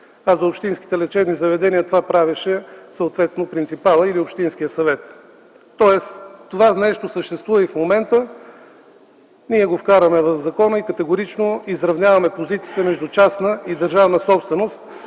а за общинските лечебни заведения това правеше съответно принципалът или общинският съвет. Тоест това нещо съществува и в момента. Ние го вкарваме в закона и категорично изравняваме позициите между частна и държавна собственост,